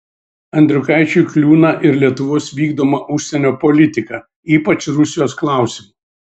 andriukaičiui kliūna ir lietuvos vykdoma užsienio politika ypač rusijos klausimu